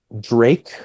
Drake